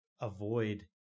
avoid